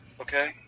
Okay